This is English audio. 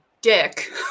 dick